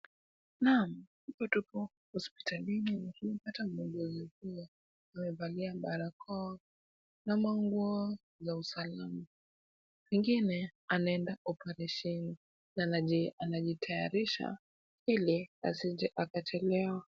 Naam, hapa tuko hospitalini ata mmoja amekuwa, amevalia barakoa na manguo za usahihi. Pengine anaenda oparesheni na anajitayarisha ili asije akachelewa.